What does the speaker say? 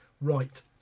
Right